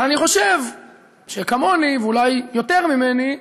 אבל אני חושב שכמוני, ואולי יותר ממני,